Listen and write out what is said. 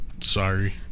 Sorry